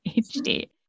HD